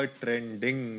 trending